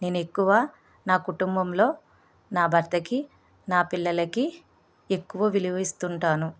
నేను ఎక్కువ నా కుటుంబంలో నా భర్తకి నా పిల్లలకి ఎక్కువ విలువ ఇస్తు ఉంటాను